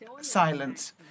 silence